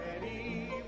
ready